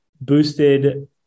boosted